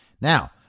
Now